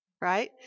right